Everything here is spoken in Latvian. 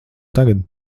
tagad